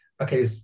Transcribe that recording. Okay